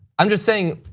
i'm just saying,